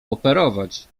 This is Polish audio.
operować